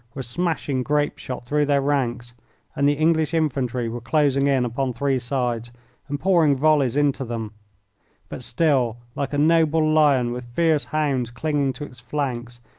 were smashing grape-shot through their ranks and the english infantry were closing in upon three sides and pouring volleys into them but still, like a noble lion with fierce hounds clinging to its flanks,